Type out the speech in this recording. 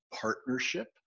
partnership